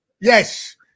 Yes